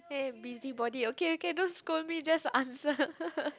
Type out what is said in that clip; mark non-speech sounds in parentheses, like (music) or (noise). k busybody okay okay don't scold me just answer (laughs)